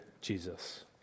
Jesus